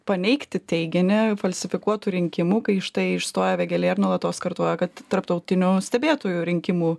paneigti teiginį falsifikuotų rinkimų kai štai išstojo vėgėlė ir nuolatos kartoja kad tarptautinių stebėtojų rinkimų